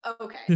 okay